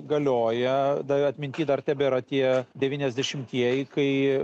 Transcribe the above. galioja dar atminty dar tebėra tie devyniasdešimtieji kai